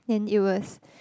and it was